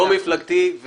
לא מפלגתי.